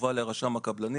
מובא לרשם הקבלנים,